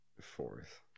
Fourth